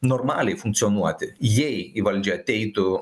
normaliai funkcionuoti jei į valdžią ateitų